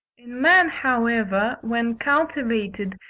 in man, however, when cultivated,